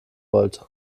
wollte